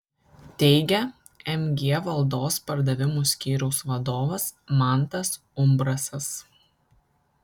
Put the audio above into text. teigia mg valdos pardavimų skyriaus vadovas mantas umbrasas